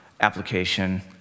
application